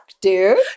dude